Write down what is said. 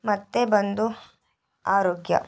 ಮತ್ತು ಬಂದು ಆರೋಗ್ಯ